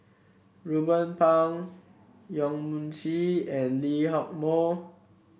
Ruben Pang Yong Mun Chee and Lee Hock Moh